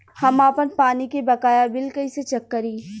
हम आपन पानी के बकाया बिल कईसे चेक करी?